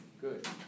good